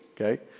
okay